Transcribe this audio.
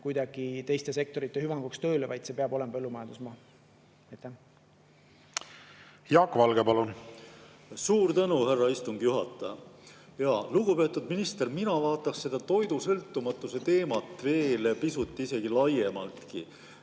kuidagi teiste sektorite hüvanguks tööle, vaid see peab olema põllumajandusmaa. Jaak Valge, palun! Jaak Valge, palun! Suur tänu, härra istungi juhataja! Lugupeetud minister! Mina vaataks seda toidusõltumatuse teemat pisut laiemaltki.